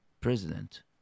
president